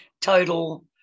Total